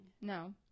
No